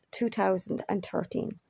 2013